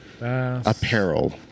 Apparel